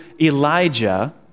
Elijah